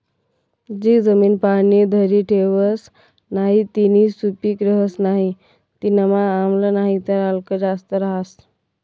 जी जमीन पाणी धरी ठेवस नही तीनी सुपीक रहस नाही तीनामा आम्ल नाहीतर आल्क जास्त रहास